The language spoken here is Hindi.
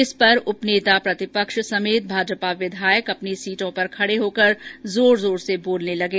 इस पर उपनेता प्रतिपक्ष समेत भाजपा के विधायक अपनी अपनी सीटों पर खड़े होकर जोर जोर से बोलने लगे